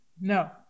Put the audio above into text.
No